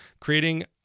creating